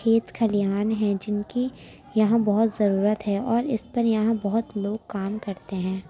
کھیت کھلیان ہیں جن کی یہاں بہت ضرورت ہے اور اس پر یہاں بہت لوگ کام کرتے ہیں